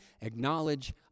acknowledge